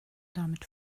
damit